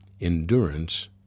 endurance